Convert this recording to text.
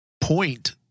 point